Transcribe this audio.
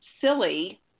silly